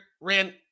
ran